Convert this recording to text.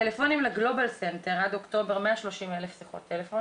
טלפונים לגלובל סנטר עד אוקטובר 130,000 שיחות טלפון.